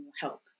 help